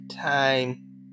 time